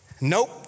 nope